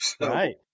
Right